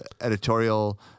editorial